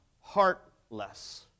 heartless